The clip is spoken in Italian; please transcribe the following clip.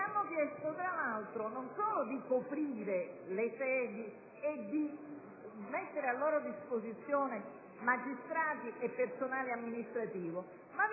hanno chiesto, tra l'altro, non solo di coprire le sedi e di mettere a loro disposizione magistrati e personale amministrativo ma